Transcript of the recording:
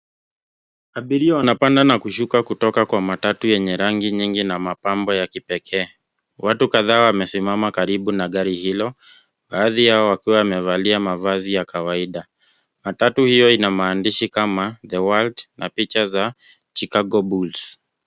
Abiria wanapanda na kushuka kutoka kwa matatu yenye rangi nyingi na mapambo ya kipekee. Watu kadhaa wamesimama karibu na gari hili, baadhi yao wakiwa wamevalia mavazi ya kawaida. Matatu hiyo ina maandishi Kama the World na picha za Chicago Bulls .